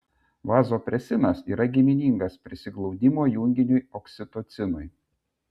vazopresinas yra giminingas prisiglaudimo junginiui oksitocinui